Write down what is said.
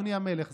אדוני המלך,